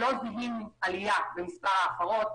לא זיהינו עלייה במספר ההפרות,